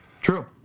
True